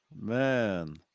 Man